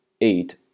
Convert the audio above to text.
eight